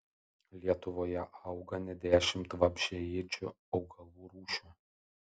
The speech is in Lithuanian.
lietuvoje auga net dešimt vabzdžiaėdžių augalų rūšių